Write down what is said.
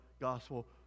gospel